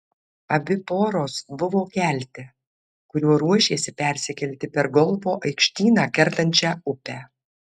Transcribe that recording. abi poros buvo kelte kuriuo ruošėsi persikelti per golfo aikštyną kertančią upę